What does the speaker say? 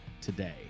today